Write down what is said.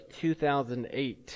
2008